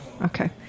Okay